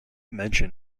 mention